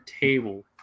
table